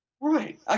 Right